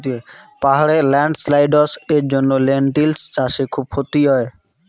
পাহাড়ে ল্যান্ডস্লাইডস্ এর জন্য লেনটিল্স চাষে খুব ক্ষতি হয়